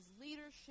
leadership